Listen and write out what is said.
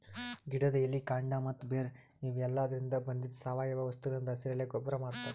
ಗಿಡದ್ ಎಲಿ ಕಾಂಡ ಮತ್ತ್ ಬೇರ್ ಇವೆಲಾದ್ರಿನ್ದ ಬಂದಿದ್ ಸಾವಯವ ವಸ್ತುಗಳಿಂದ್ ಹಸಿರೆಲೆ ಗೊಬ್ಬರ್ ಮಾಡ್ತಾರ್